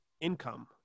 income